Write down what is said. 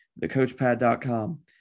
thecoachpad.com